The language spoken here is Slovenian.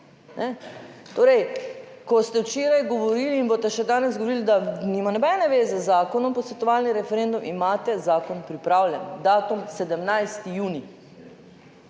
Torej, ko ste včeraj govorili in boste še danes govorili, da nima nobene veze z zakonom posvetovalni referendum, imate zakon pripravljen, datum 17. junij